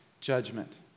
judgment